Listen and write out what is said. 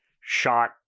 shot